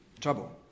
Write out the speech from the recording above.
Trouble